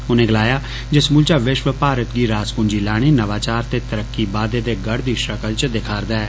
उनें गलाया जे समूलचा विष्व भारत गी रास पूंजी लाने नवाचार ते तरक्की बाद्दे दे गढ़ दी षक्ल च दिखारदा ऐ